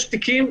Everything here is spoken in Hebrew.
יש תיקים,